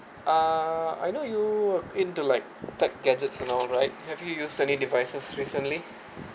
uh I know you into like tech gadgets and all right have you used any devices recently